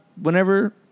whenever